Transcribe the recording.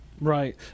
Right